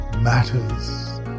MATTERS